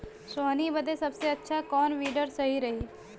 सोहनी बदे सबसे अच्छा कौन वीडर सही रही?